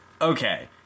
Okay